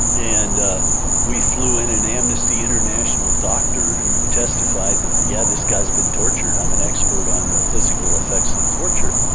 and we flew in an amnesty international doctor who testified that yeah, this guy's been tortured. i'm an expert on the physical effects of torture,